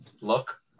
look